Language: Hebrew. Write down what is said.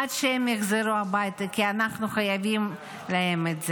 עד שהם יחזרו הביתה, כי אנחנו חייבים להם את זה.